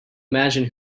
imagine